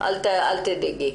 אל תדאגי.